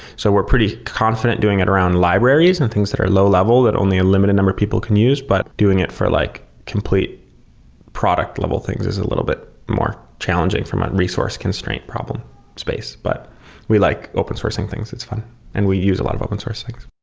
so we're pretty confident doing it around libraries and things that are low-level that only a limited number of people can use, but doing it for like complete product level things is a little bit more challenging from a resource constraint problem space, but we like open sourcing things. it's fun and we use a lot of open source things.